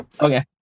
Okay